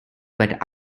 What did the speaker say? but